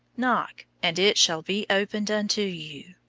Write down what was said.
knock, and it shall be opened unto you,